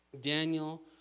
Daniel